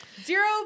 Zero